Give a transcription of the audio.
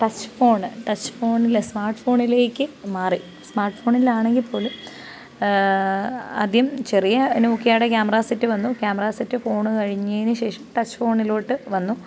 touch phone touch ഫോണിൽ smart ഫോണിലേക്ക് മാറി സ്മാർട്ട് ഫോണിലാണെങ്കിൽ പോലും ആദ്യം ചെറിയ നോക്കിയാടെ ക്യാമറ സെറ്റ് വന്നു ക്യാമറ സെറ്റ് ഫോണ് കഴിഞ്ഞതിന് ശേഷം ടച്ച് ഫോണിലോട്ട് വന്നു